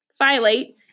phylate